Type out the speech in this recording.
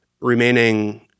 remaining